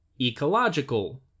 ecological